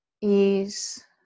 ease